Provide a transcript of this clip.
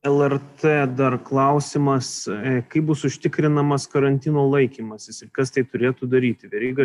lrt dar klausimas kaip bus užtikrinamas karantino laikymasis ir kas tai turėtų daryti veryga